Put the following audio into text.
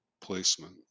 placement